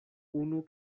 unu